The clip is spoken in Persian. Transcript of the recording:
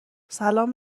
سلام